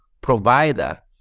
provider